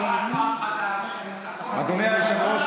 אדוני היושב-ראש,